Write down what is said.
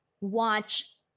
watch